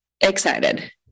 excited